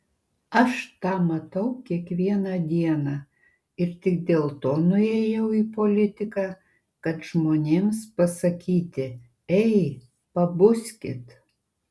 aš tą matau kiekvieną dieną ir tik dėl to nuėjau į politiką kad žmonėms pasakyti ei pabuskit